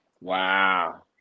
Wow